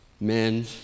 men